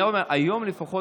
אני אומר שהיום לפחות,